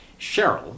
Cheryl